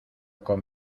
con